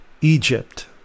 Egypt